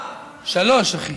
שלוש, אחי.